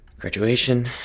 Graduation